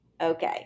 Okay